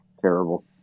terrible